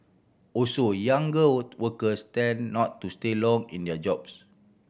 also younger workers tend not to stay long in their jobs